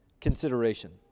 consideration